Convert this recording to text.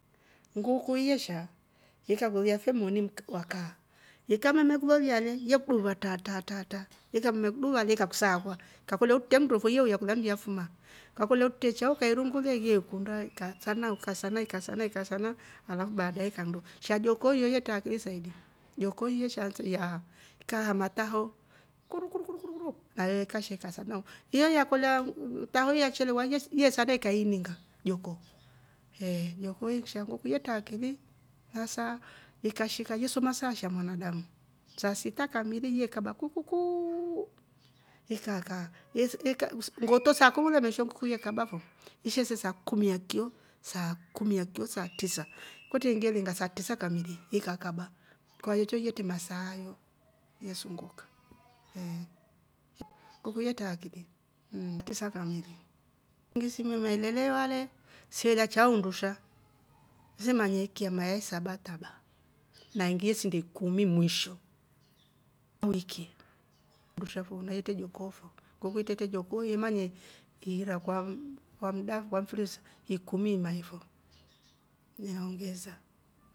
Nguku yesha ikakulolya fe moni wakaa ikamele kulolya le yekuduva tra! Tra! Tra! Ikamekuduva le ikakusaakwa ikakolya kutre mmndu fo ye uya kula nyafuma, ukakolya utre chao ukairungulia ye kunda ikasana ikasana ikasana ikasana alafu baadae ikanndo, sha jokoo yo itre akili saidi, jokoo ye sha ansa ihaa ikaha mataho kuru! Kuru! Kuru! Nayo ikasha ikasana ho, iyo yakolya taho yachelewa ye sana ika iininga jokoo eeh jokoo insha nnguku yetre akili, nasaa ikashika ye soma sa sha mwanadamu saa sita kamili yekabaa kukuu! Ikakaa ndetee saa kumi ngile me eshwe nnguku ye kaba fo isheshe saa kumi ya kyoo, saa tisa kwetre iingi saa tisa kamili ikakaba kwayo yetre masaa ayo ye sunguka eeh, nguku yetre akili mmm tisa kamili, ngukuse shelelewa le sela chao undusha yemanya ikya mayai saba taba naangi sidi ikumi mwiisho kwa wiki, nguku yetre jokoo fo imanya iira kwa mda kwa mfiri ikumi mae fo inaongeza.